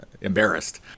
embarrassed